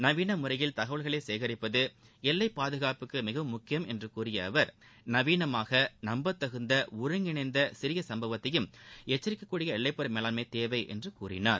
நவீன முறையில் தகவல்களை சேகிப்பது எல்லைப்பாதுகாப்புக்கு மிகவும் முக்கியம் என்று கூறிய அவர் நவீனமாக நம்பத்தகுந்த ஒருங்கிணைந்த சிறிய சும்பவத்தையும் எச்சரிக்கக்கூடிய எல்லைப்புற மேலாண்மை தேவை என்றார்